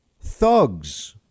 Thugs